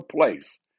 place